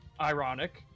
Ironic